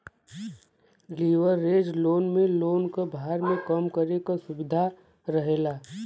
leverage loan में loan क भार के कम करे क सुविधा रहेला